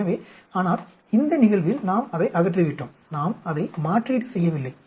எனவே ஆனால் இந்த நிகழ்வில் நாம் அதை அகற்றிவிட்டோம் நாம் அதை மாற்றீடு செய்யவில்லை